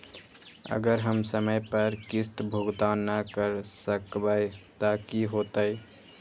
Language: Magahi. अगर हम समय पर किस्त भुकतान न कर सकवै त की होतै?